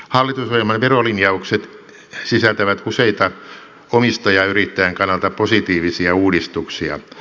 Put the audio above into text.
hallitusohjelman verolinjaukset sisältävät useita omistajayrittäjän kannalta positiivisia uudistuksia